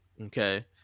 Okay